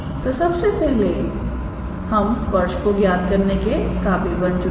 तोसबसे पहले हम स्पर्श को ज्ञात करने के काबिल बन चुके हैं